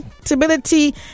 stability